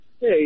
Hey